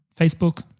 Facebook